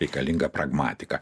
reikalinga pragmatika